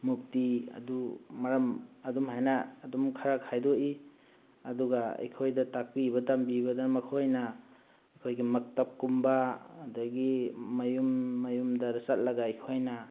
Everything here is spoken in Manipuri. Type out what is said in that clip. ꯃꯨꯛꯇꯤ ꯑꯗꯨ ꯃꯔꯝ ꯑꯗꯨꯝꯍꯥꯏꯅ ꯑꯗꯨꯝ ꯈꯔ ꯈꯥꯏꯗꯣꯛꯏ ꯑꯗꯨꯒ ꯑꯩꯈꯣꯏꯗ ꯇꯥꯛꯄꯤꯕ ꯇꯝꯕꯤꯕꯗꯅ ꯃꯈꯣꯏꯅ ꯑꯩꯈꯣꯏꯒꯤ ꯃꯛꯇꯞ ꯀꯨꯝꯕ ꯑꯗꯒꯤ ꯃꯌꯨꯝ ꯃꯌꯨꯝꯗ ꯆꯠꯂꯒ ꯑꯩꯈꯣꯏꯅ